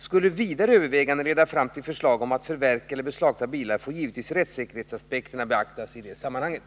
Skulle vidare överväganden leda fram till förslag om att förverka eller beslagta bilar får givetvis rättssäkerhetsaspekterna beaktas i det sammanhanget.